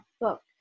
book